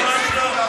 הוא אמר נגד.